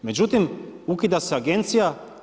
Međutim, ukida se agencija.